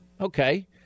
Okay